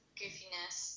goofiness